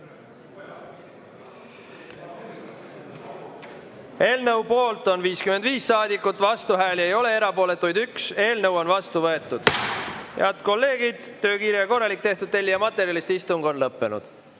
Eelnõu poolt on 55 saadikut, vastuhääli ei ole, erapooletuid on 1. Eelnõu on vastu võetud. Head kolleegid! Töö kiire ja korralik, tehtud tellija materjalist. Istung on lõppenud.